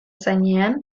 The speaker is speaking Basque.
zainean